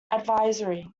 advisory